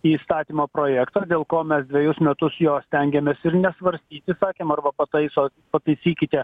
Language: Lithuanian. į įstatymo projektą dėl ko mes dvejus metus jo stengėmės ir nesvarstyti sakėm arba pataisot pataisykite